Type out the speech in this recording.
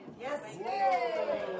Yes